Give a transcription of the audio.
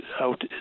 out